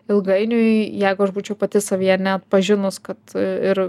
ilgainiui jeigu aš būčiau pati savyje neatpažinus kad ir